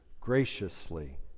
graciously